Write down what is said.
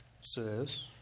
says